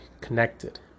connected